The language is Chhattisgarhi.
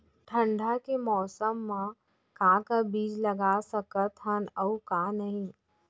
ठंडा के मौसम मा का का बीज लगा सकत हन अऊ का नही?